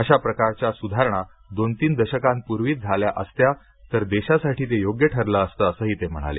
अशा प्रकारच्या सुधारणा दोन तीन दशकांपूर्वीच झाल्या असत्या तर देशासाठी ते योग्य ठरलं असतं असंही ते म्हणाले